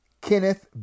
Kenneth